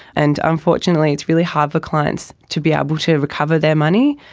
and unfortunately it's really hard for clients to be able to recover their money.